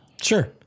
sure